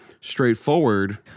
straightforward